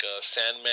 Sandman